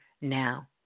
now